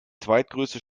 zweitgrößte